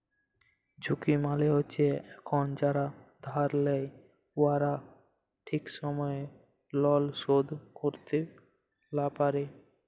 ঝুঁকি মালে হছে কখল যারা ধার লেই উয়ারা ঠিক সময়ে লল শোধ ক্যইরতে লা পারে